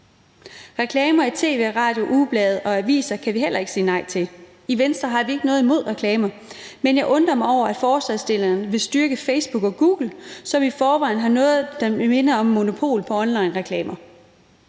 Reklamer i tv, radio og ugeblade og aviser kan vi heller ikke sige nej til. I Venstre har vi ikke noget imod reklamer. Men jeg undrer mig over, at forslagsstillerne vil styrke Facebook og Google, som i forvejen har noget, der minder om monopol på online-reklamer.